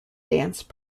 dance